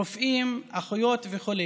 רופאים, אחיות וכו'.